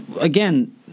again